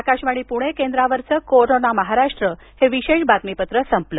आकाशवाणी प्रणे केंद्रावरच कोरोना महाराष्ट्र हे विशेष बातमीपत्र संपल